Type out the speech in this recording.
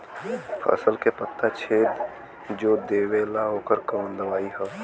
फसल के पत्ता छेद जो देवेला ओकर कवन दवाई ह?